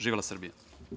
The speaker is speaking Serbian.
Živela Srbija.